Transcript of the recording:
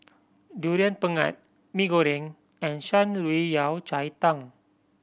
Durian Pengat Mee Goreng and Shan Rui Yao Cai Tang